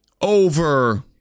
over